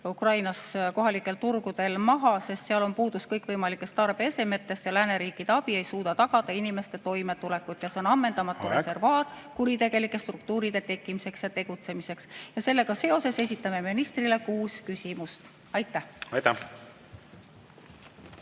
Ukrainas kohalikel turgudel maha, sest seal on puudus kõikvõimalikest tarbeesemetest. Lääneriikide abi ei suuda tagada inimeste toimetulekut ja see on ammendamatu reservuaar kuritegelike struktuuride tekkimiseks ja tegutsemiseks. Sellega seoses esitame ministrile kuus küsimust. Aitäh!